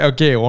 Okay